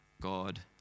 God